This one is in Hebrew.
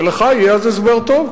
ולך יהיה אז הסבר טוב,